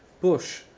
bush